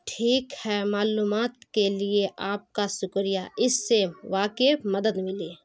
ٹھیک ہے معلومات کے لیے آپ کا شکریہ اس سے واقعی مدد ملی